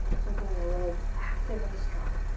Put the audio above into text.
keeping the legs active and strong.